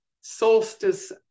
solstice